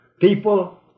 people